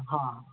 हँ हँ